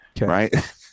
right